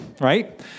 right